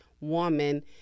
woman